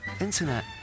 internet